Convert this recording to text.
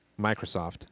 Microsoft